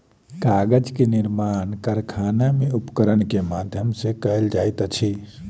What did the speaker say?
कागज के निर्माण कारखाना में उपकरण के माध्यम सॅ कयल जाइत अछि